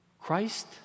Christ